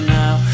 now